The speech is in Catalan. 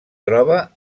troba